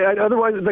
otherwise